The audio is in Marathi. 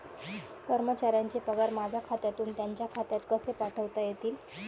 कर्मचाऱ्यांचे पगार माझ्या खात्यातून त्यांच्या खात्यात कसे पाठवता येतील?